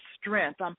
strength